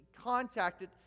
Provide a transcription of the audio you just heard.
contacted